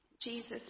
Jesus